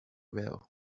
will